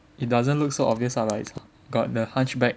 it doesn't look so obvious lah but is got the hunchback